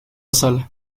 sala